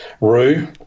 Rue